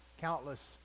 countless